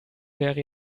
wäre